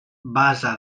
base